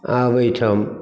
आब एहिठाम